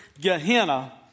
Gehenna